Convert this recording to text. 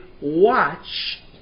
watch